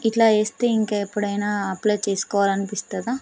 ఇట్లా చేస్తే ఇంకా ఎప్పుడైనా అప్లై చేసుకోవాలనిపిస్తుందా